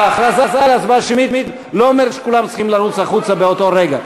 ההכרזה על הצבעה שמית לא אומרת שכולם צריכים לרוץ החוצה באותו רגע.